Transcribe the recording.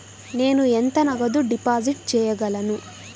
నేను ఎంత నగదు డిపాజిట్ చేయగలను?